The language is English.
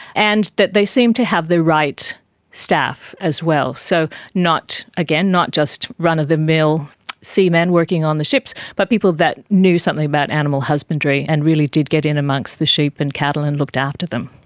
and that they seemed to have the right staff as well. so again, not just run-of-the-mill seamen working on the ships but people that knew something about animal husbandry and really did get in amongst the sheep and cattle and looked after them.